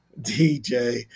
DJ